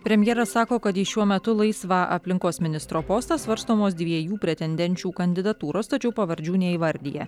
premjeras sako kad į šiuo metu laisvą aplinkos ministro postą svarstomos dviejų pretendenčių kandidatūros tačiau pavardžių neįvardija